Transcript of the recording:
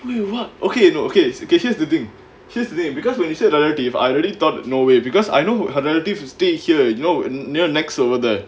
wait what okay no okay it's okay here's the thing here's the thing because when you said relative I already thought that no way because I know her relative who stay here you know near nex over there